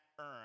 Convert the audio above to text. earn